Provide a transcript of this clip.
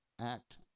Act